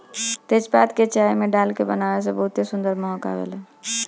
तेजपात के चाय में डाल के बनावे से बहुते सुंदर महक आवेला